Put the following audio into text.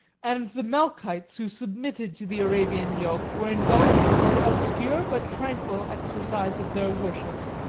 and the melchites who submitted to the arabian yoke were indulged in the obscure but tranquil exercise of their worship.